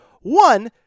one